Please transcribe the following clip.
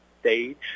stage